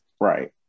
Right